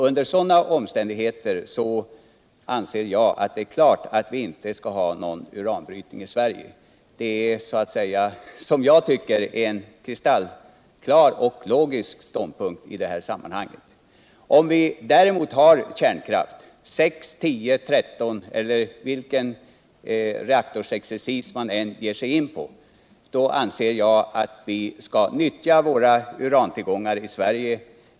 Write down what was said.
Under sådana omständigheter anser jag att det är klart att vi inte skall ha någon uranbrytning i Sverige. Jag tycker det är en kristallklar och logisk ståndpunkt i detta sammanhang. Om vi däremot har kärnkraft — sex, tio. tretton kärnkraftverk eller vilken reaktorexercis man än ger sig in på — anser jag att vi skall nyttja våra urantillgångar i Sverige.